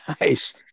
Nice